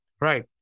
right